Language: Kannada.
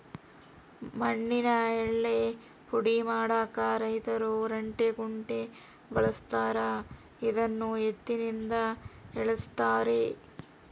ಮಣ್ಣಿನ ಯಳ್ಳೇ ಪುಡಿ ಮಾಡಾಕ ರೈತರು ರಂಟೆ ಕುಂಟೆ ಬಳಸ್ತಾರ ಇದನ್ನು ಎತ್ತಿನಿಂದ ಎಳೆಸ್ತಾರೆ